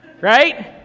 right